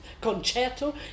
concerto